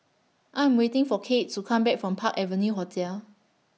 I Am waiting For Kade to Come Back from Park Avenue Hotel